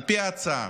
על פי ההצעה,